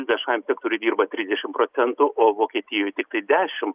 viešajam sektoriuj dirba trisdešimt procentų o vokietijoj tiktai dešim